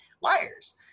liars